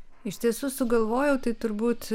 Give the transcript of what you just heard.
iš tiesų sugalvojau tai turbūt